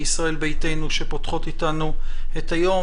שפותחות איתנו את היום,